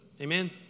Amen